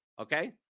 Okay